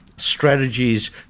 strategies